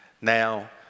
Now